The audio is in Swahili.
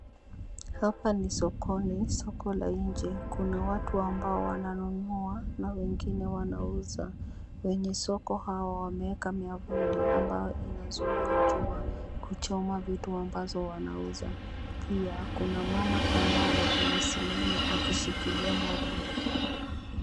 Hapa ni sokono, soko la nje. Kuna watu ambao wananunua na wengine wanauza. Wenye soko hawa wameeka miavuli ambayo inazuia jua kuchoma vitu ambavyo wanauza pia kuna mama ambaye amesimama na kushikilia mwavuli.